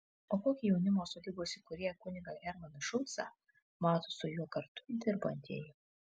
o kokį jaunimo sodybos įkūrėją kunigą hermaną šulcą mato su juo kartu dirbantieji